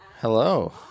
Hello